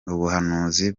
ubuhanuzi